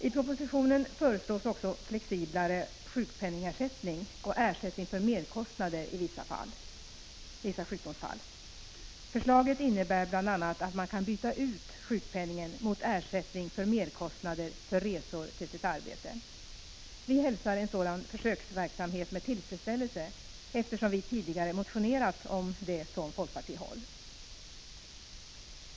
I propositionen föreslås också flexiblare sjukpenningsersättning och ersättning för merkostnader i vissa sjukdomsfall. Förslaget innebär bl.a. att man kan byta ut sjukpenningen mot ersättning för merkostnader för resor till sitt arbete. Vi hälsar en sådan försöksverksamhet med tillfredsställelse, eftersom vi tidigare motionerat om detta från folkpartihåll.